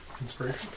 Inspiration